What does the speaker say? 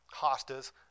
hostas